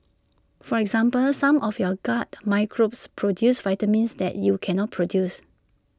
for example some of your gut microbes produce vitamins that you cannot produce